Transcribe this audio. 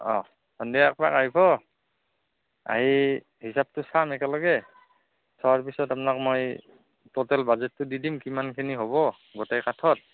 অঁ সন্ধিয়া একপাক আহিব আহি হিচাপটো চাম একেলগে চোৱাৰ পিছত আপোনাক মই ট'টেল বাজেটটো দি দিম কিমানখিনি হ'ব গোটেই কাঠত